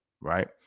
right